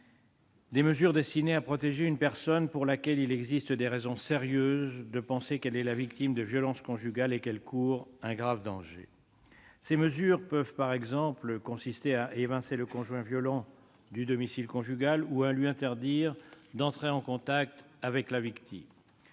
des mesures destinées à protéger une personne quand il existe des raisons sérieuses de penser qu'elle est la victime de violences conjugales et qu'elle court un grave danger. Ces mesures peuvent consister, par exemple, à évincer le conjoint violent du domicile conjugal ou à lui interdire d'entrer en contact avec la victime.